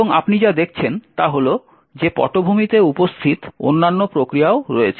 এবং আপনি যা দেখছেন তা হল যে পটভূমিতে উপস্থিত অন্যান্য প্রক্রিয়া রয়েছে